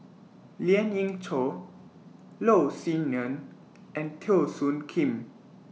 Lien Ying Chow Loh Sin Yun and Teo Soon Kim